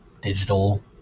digital